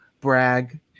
brag